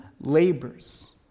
labors